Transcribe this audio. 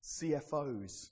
CFOs